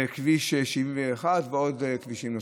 כביש 71 ועוד כבישים.